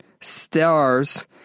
stars